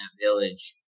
village